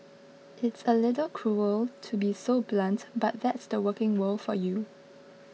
it's a little cruel to be so blunt but that's the working world for you